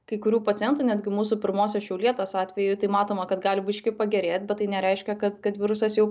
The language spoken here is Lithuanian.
kai kurių pacientų netgi mūsų pirmosios šiaulietės atveju tai matoma kad gali biškį pagerėt bet tai nereiškia kad kad virusas jau